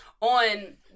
on